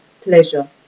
pleasure